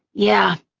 yeah.